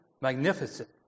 magnificent